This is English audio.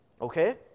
okay